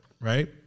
right